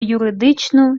юридичну